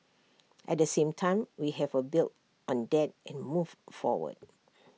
at the same time we have A build on that and move forward